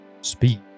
Speed